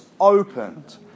opened